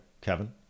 Kevin